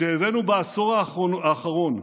כשהבאנו בעשור האחרון,